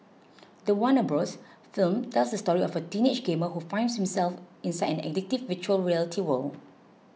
the Warner Bros film tells the story of a teenage gamer who finds himself inside an addictive Virtual Reality world